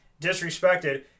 disrespected